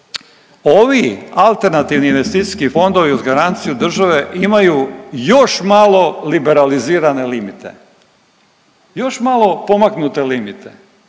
a to je, ovi AIF-ovi uz garanciju države imaju još malo liberalizirane limite, još malo pomaknute limite,